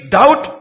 doubt